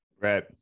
right